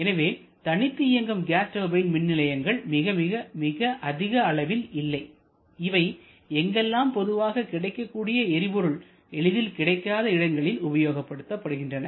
எனவே தனித்து இயங்கும் கேஸ் டர்பைன்கள் மின்நிலையங்கள் மிக அதிக அளவில் இல்லை இவை எங்கெல்லாம் பொதுவாக கிடைக்கக்கூடிய எரிபொருள் எளிதில் கிடைக்காத இடங்களில் உபயோகப்படுத்தப்படுகின்றன